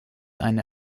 eine